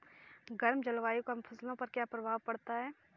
गर्म जलवायु का फसलों पर क्या प्रभाव पड़ता है?